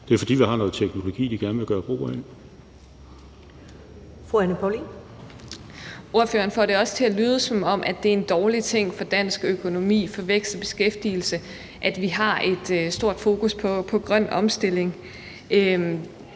det er, fordi vi har noget teknologi, de gerne vil gøre brug af.